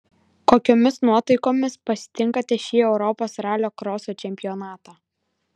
kokiomis nuotaikomis pasitinkate šį europos ralio kroso čempionatą